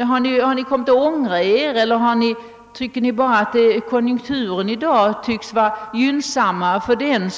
Har ni nu kommit att ångra er eller tycker ni bara att konjunkturen i dag verkar vara gynnsammare för den